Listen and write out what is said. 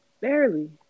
Barely